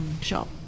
shop